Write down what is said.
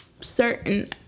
certain